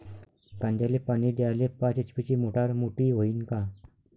कांद्याले पानी द्याले पाच एच.पी ची मोटार मोटी व्हईन का?